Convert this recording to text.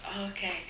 Okay